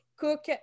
cook